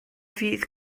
fydd